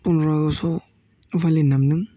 पन्द्र आगष्टआव भाय'लिन दामदों